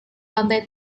lantai